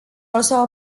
also